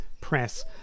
press